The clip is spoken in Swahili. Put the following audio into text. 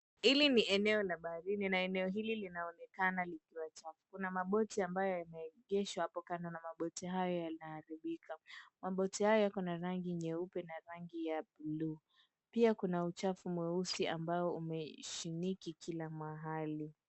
Hili ni eneo la baharini na eneo hili linaonekana likiwa chafu. Kuna maboti ambayo yameegeshwa hapo kando na maboti hayoyanaharibika. Mboti hayo yakona rangi nyeupe na rangi ya buluu. Pia kuna uchafu mweusi ambao umeshiniki kila mahali.